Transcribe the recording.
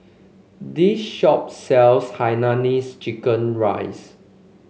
this shop sells Hainanese Chicken Rice